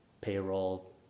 payroll